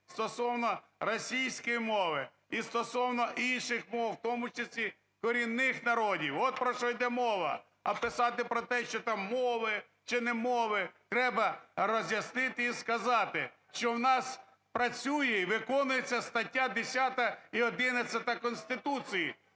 стосовно російської мови і стосовно інших мов, в тому числі корінних народів. От про що йде мова. А писати про те, що там мови чи не мови, треба роз'яснити і сказати, що в нас працює і виконується стаття 10 і 11 Конституції,